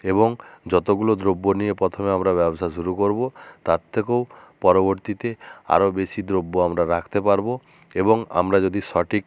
এবং যতগুলো দ্রব্য নিয়ে প্রথমে আমরা ব্যবসা শুরু করবো তার থেকেও পরবর্তীতে আরো বেশি দ্রব্য আমরা রাখতে পারবো এবং আমরা যদি সটিক